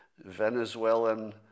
Venezuelan